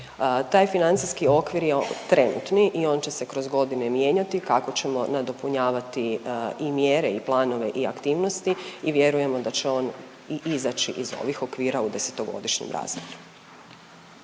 Taj financijski okvir je trenutni i on će se kroz godine mijenjati kako ćemo nadopunjavati i mjere i planove i aktivnosti i vjerujemo da će on i izaći iz ovih okvira u desetogodišnjem razdoblju.